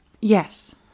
Yes